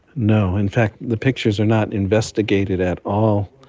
no, in fact the pictures are not investigated at all,